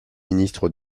ministre